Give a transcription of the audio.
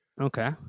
Okay